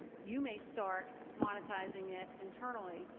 you may start monetizing it internally,